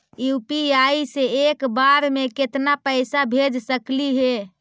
UPI से एक बार मे केतना पैसा भेज सकली हे?